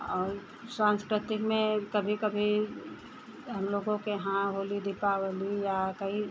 और साँस्कृतिक में कभी कभी हमलोगों के यहाँ होली दीपावली या कई